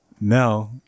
now